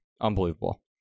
Unbelievable